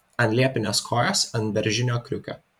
ant liepinės kojos ant beržinio kriukio